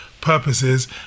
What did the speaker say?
purposes